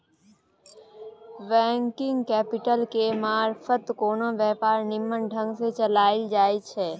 working capital केर मारफत कोनो व्यापार निम्मन ढंग सँ चलाएल जाइ छै